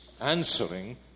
answering